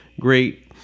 great